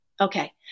Okay